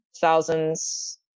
thousands